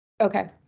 Okay